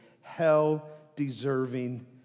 hell-deserving